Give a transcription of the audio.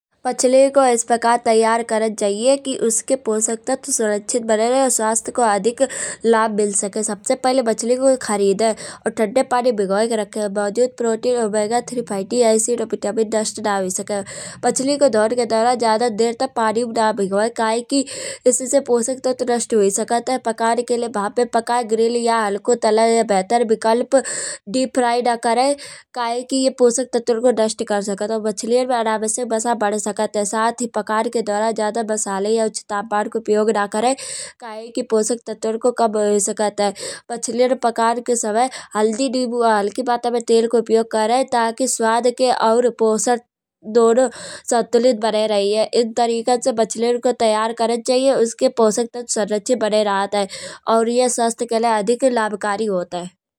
मछली को एस प्रकार तैयार करन चाहिए कि उसके पोषक तत्व सुरक्षित बने रहे। स्वस्थ को अधिक लाभ मिल सके। सबसे पहले मछली को खरीदे और ठंडे पानी में भिगोये के रखे। मौजूद प्रोटीन ओमेगा थ्रीफाइटि एसिड और विटामिन नष्ट न हुई सके। मछली को धोयें के टाइम ज्यादा देर पानी में न भिगोये। कायकी एसे पोषक तत्व नष्ट हुई सकत है। पक्कन के लेये भाप पे पकाये ग्रिल या हल्को तले या बेहतर विकल्प डीप फ्राई न करे। कायकी ये पोषक तत्वन को नष्ट कर सकत है। और मछलियां में अनावश्यक वसा बढ़ सकत है साथ ही पकान के दौरान ज्यादा मसाले या तापमान का उपयोग न करे। कायके की पोषक तत्वन को कम हुई सकत है। मछलियां पकान के समय हल्दी नीबू या हल्की मात्रा में तेल को उपयोग करे। ताकि स्वाद के और पोषक दोनों संतुलित बने रहे। एं तरीकन से बच्चन को तैयार करन चाहिए उसके पोषक तत्व संरक्षित बने रहत है। और यह स्वस्थ के लेय अधिक लाभकारी होत है।